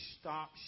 stop